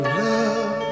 love